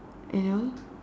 you know